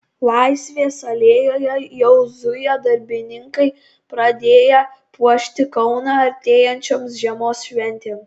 laisvės alėjoje jau zuja darbininkai pradėję puošti kauną artėjančioms žiemos šventėms